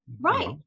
Right